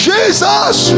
Jesus